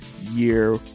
year